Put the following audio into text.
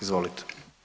Izvolite.